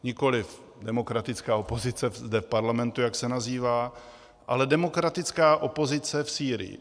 Nikoliv demokratická opozice zde v parlamentu, jak se nazývá, ale demokratická opozice v Sýrii.